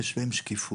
יש להם שקיפות,